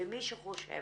ומי שחושב